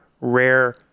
rare